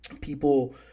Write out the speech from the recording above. people